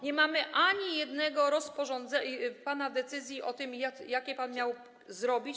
Nie mamy ani jednego rozporządzenia, pana decyzji o tym, jakie miał pan zrobić.